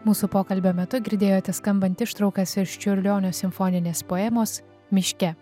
mūsų pokalbio metu girdėjote skambant ištraukas iš čiurlionio simfoninės poemos miške